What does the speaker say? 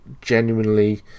genuinely